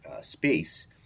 space